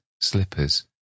slippers